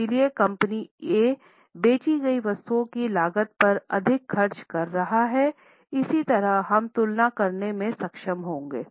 इसलिए कंपनी ए बेची गई वस्तुों की लागत पर अधिक खर्च कर रहा है इस तरह हम तुलना करने में सक्षम होंगे